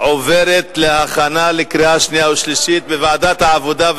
עוברת להכנה לקריאה שנייה ושלישית בוועדת העבודה,